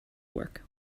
work